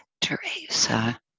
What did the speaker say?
Teresa